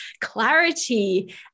clarity